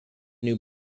new